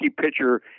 pitcher